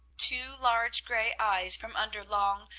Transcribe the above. two large gray eyes from under long,